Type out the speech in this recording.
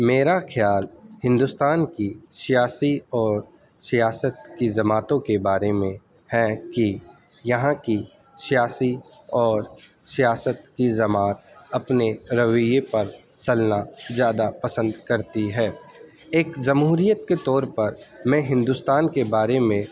میرا خیال ہندوستان کی سیاسی اور سیاست کی جماعتوں کے بارے میں ہے کہ یہاں کی سیاسی اور سیاست کی جماعت اپنے رویہ پر چلنا زیادہ پسند کرتی ہے ایک جمہوریت کے طور پر میں ہندوستان کے بارے میں